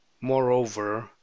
moreover